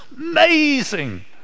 Amazing